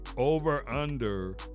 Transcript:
Over-under